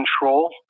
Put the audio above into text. control